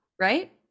right